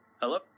Hello